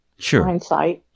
Sure